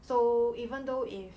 so even though if